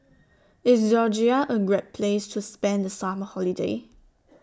IS Georgia A Great Place to spend The Summer Holiday